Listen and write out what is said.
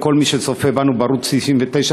כל מי שצופה בנו בערוץ 99,